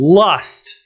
lust